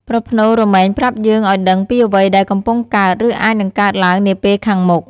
ប្រផ្នូលរមែងប្រាប់យើងឲ្យដឹងពីអ្វីដែលកំពុងកើត ឬអាចនឹងកើតឡើងនាពេលខាងមុខ។